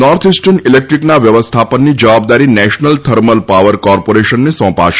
north Eastern ઈલેક્ટ્રીકના વ્યવસ્થાપનની જવાબદારી નેશનલ થર્મલ પાવર કોર્પોરેશનને સોંપાશે